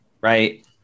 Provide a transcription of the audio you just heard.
right